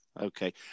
okay